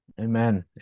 Amen